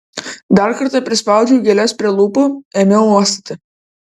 dar kartą prispaudžiau gėles prie lūpų ėmiau uostyti